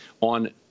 On